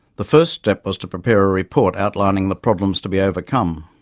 the first step was to prepare a report outlining the problems to be overcome.